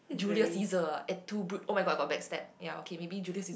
Julius-Caesar et tu Brute oh-my-god I got backstabbed ya okay maybe Julius-Caesar